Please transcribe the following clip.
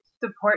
support